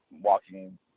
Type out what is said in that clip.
walking